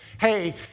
hey